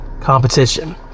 competition